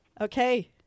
Okay